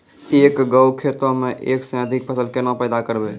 एक गो खेतो मे एक से अधिक फसल केना पैदा करबै?